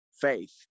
faith